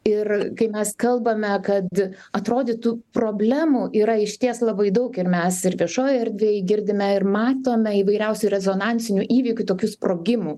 ir kai mes kalbame kad atrodytų problemų yra išties labai daug ir mes ir viešojoje erdvėj girdime ir matome įvairiausių rezonansinių įvykių tokių sprogimų